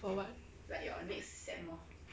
for what